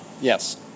Yes